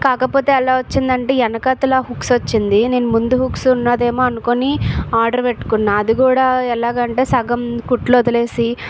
కాకపోతే ఎలా వచ్చిందంటే వెనకాల హుక్స్ వచ్చింది నేను ముందు హుక్స్ ఉన్నదేమో అనుకొని ఆర్డర్ పెట్టుకున్నా అది కూడా ఎలాగంటే సగం కుట్లు వదిలేసి